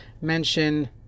mention